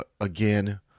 again